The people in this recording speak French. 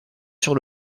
sur